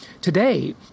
today